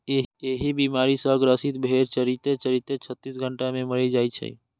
एहि बीमारी सं ग्रसित भेड़ चरिते चरिते छत्तीस घंटा मे मरि जाइ छै